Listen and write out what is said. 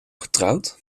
getrouwd